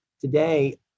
Today